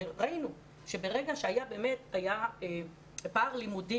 וראינו שברגע שהיה פער לימודי,